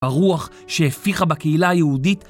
הרוח שהפיחה בקהילה היהודית